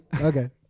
Okay